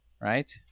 right